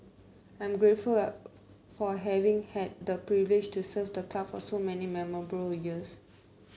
I am grateful for having had the privilege to serve the club for so many memorable years